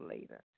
later